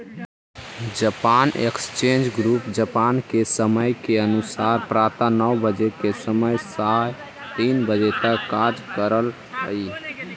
Japan exchange group Japan के समय के अनुसार प्रातः नौ बजे से सायं तीन बजे तक कार्य करऽ हइ